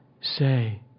say